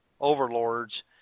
overlords